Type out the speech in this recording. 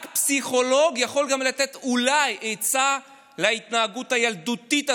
רק פסיכולוג יכול גם לתת אולי עצה להתנהגות הילדותית הזאת,